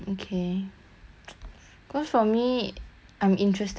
cause for me I'm interested in this the industry ah then